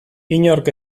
inork